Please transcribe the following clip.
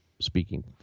speaking